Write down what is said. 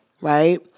right